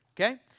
okay